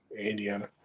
Indiana